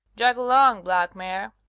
jog along, black mare.